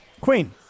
Queen